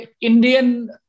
Indian